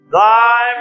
thy